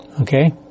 Okay